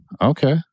okay